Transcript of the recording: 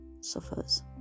suffers